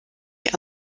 die